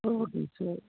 ஓகேங்க சார்